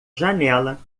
janela